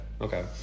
Okay